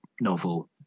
novel